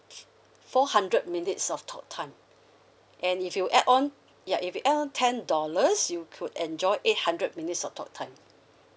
four hundred minutes of talk time and if you add on ya if you add on ten dollars you could enjoy eight hundred minutes of talk time